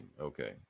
Okay